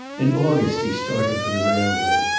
in august he started for the railroad,